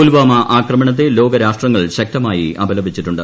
പുൽവാമ ആക്രമണത്തെ ലോകരാഷ്ട്രങ്ങൾ ശക്തമായി അപലപിച്ചിട്ടുണ്ട്